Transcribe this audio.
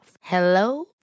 Hello